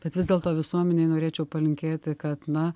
bet vis dėlto visuomenei norėčiau palinkėti kad na